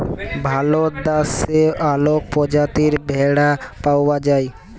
ভারত দ্যাশে অলেক পজাতির ভেড়া পাউয়া যায়